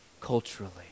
culturally